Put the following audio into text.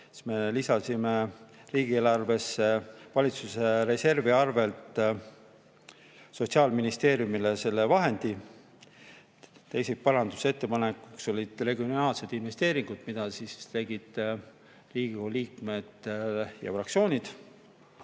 me lisasime riigieelarvesse valitsuse reservi arvel Sotsiaalministeeriumile selleks vahendid. Teiseks parandusettepanekuks olid regionaalsed investeeringud, mida tegid Riigikogu liikmed ja fraktsioonid.